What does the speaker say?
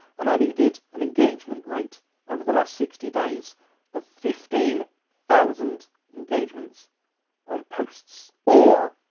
and i needed an engagement rate over the last sixty days of fifteen thousand engagements on posts. or,